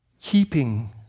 keeping